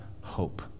hope